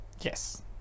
Yes